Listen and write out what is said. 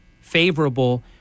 favorable